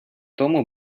тому